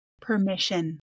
Permission